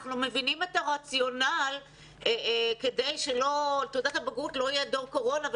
אנחנו מבינים את הרציונל מאחורי הרצון שלא יהיה "דור קורונה"